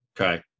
okay